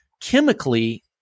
chemically